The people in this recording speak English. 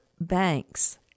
banks